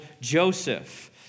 Joseph